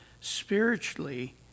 spiritually